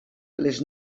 les